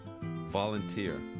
volunteer